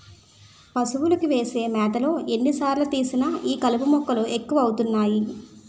పశువులకు వేసే మేతలో ఎన్ని సార్లు తీసినా ఈ కలుపు మొక్కలు ఎక్కువ అవుతున్నాయి